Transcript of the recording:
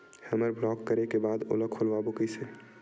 हमर ब्लॉक करे के बाद ओला खोलवाबो कइसे?